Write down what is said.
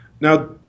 now